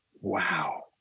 wow